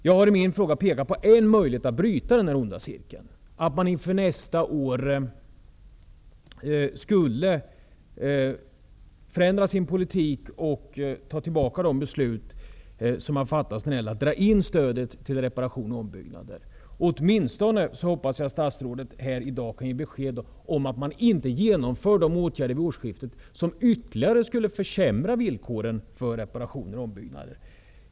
Jag har i min fråga pekat på en möjlighet att bryta denna onda cirkel, nämligen att man inför nästa år skulle förändra politiken och ändra de beslut som har fattats när det gäller att dra in stödet till reparationer och ombyggnader. Jag hoppas att statsrådet här i dag åtminstone kan ge besked om att regeringen inte kommer att vidta de åtgärder vid årsskiftet som ytterligare skulle försämra villkoren för reparationer och ombyggnader.